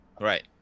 right